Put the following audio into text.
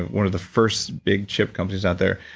one of the first big chip companies out there.